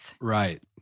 Right